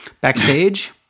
Backstage